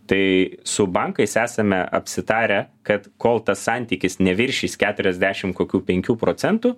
tai su bankais esame apsitarę kad kol tas santykis neviršys keturiasdešim kokių penkių procentų